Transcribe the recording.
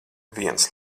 viens